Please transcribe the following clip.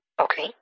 Okay